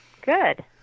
Good